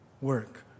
work